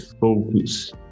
focus